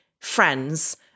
friends